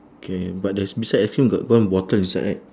K but there's beside the ice cream got one bottle inside right